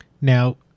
Now